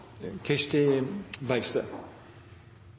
Kirsti Bergstø,